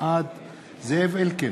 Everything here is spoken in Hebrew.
בעד זאב אלקין,